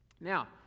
now